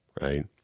right